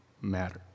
matter